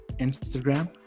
instagram